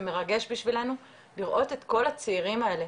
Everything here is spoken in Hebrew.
מרגש בשבילנו לראות את כל הצעירים האלה.